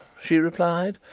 she replied.